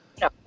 No